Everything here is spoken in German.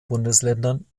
bundesländern